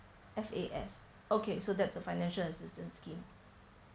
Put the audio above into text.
F_A_S okay so that's a financial assistance scheme